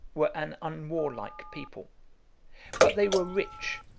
were an unwarlike people but they were rich,